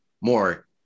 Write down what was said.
more